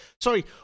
Sorry